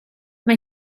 mae